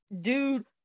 dude